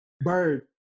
Bird